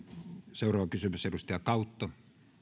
seuraava kysymys edustaja kautto